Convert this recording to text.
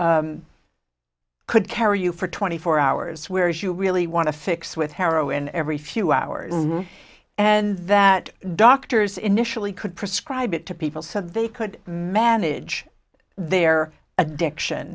i could carry you for twenty four hours whereas you really want to fix with heroin every few hours and that doctors initially could prescribe it to people so they could manage their addiction